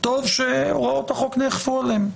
טוב שהוראות החוק נאכפו עליהם.